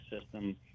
system